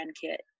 kit